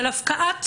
של הפקעת זכויות.